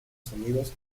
sonidos